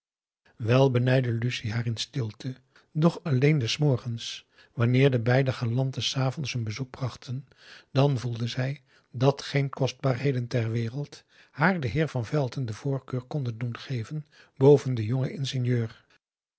wel benijdde lucie haar in stilte doch alleen des morgens wanneer de beide galanten s avonds hun bezoek brachten dan voelde zij dat geen kostbaarheden ter wereld haar den heer van velton de voorkeur konden doen geven boven den jongen ingenieur